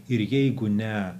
ir jeigu ne